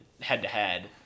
head-to-head